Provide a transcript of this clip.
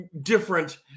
different